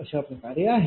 अशाप्रकारे आहे